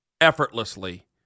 effortlessly